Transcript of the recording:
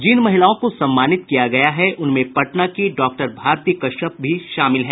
जिन महिलाओं को सम्मानित किया गया है उनमें पटना की डॉक्टर भारती कश्यप भी शामिल हैं